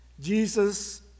Jesus